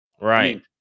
right